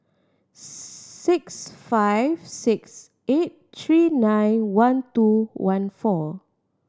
six five six eight three nine one two one four